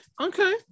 Okay